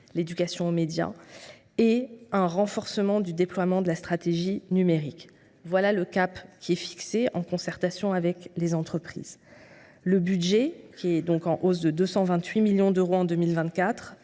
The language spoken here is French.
l’éducation aux médias, et le renforcement du déploiement de la stratégie numérique. Voilà le cap fixé en concertation avec les entreprises. Le budget, qui est donc en hausse de 228 millions d’euros en 2024,